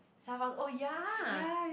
someone oh ya